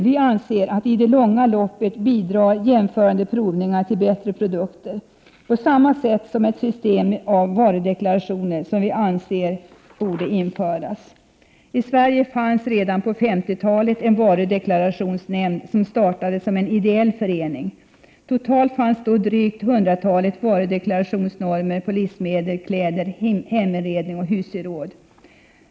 Vi anser att jämförande provningar i det långa loppet bidrar till bättre produkter — på samma sätt som ett system med varudeklarationer, som vi anser borde införas. I Sverige fanns redan på 50-talet en varudeklarationsnämnd, som startade som en ideell förening. Totalt fanns då drygt hundratalet varudeklarationsnormer för livsmedel, kläder, heminredning och husgeråd.